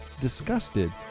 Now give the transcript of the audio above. disgusted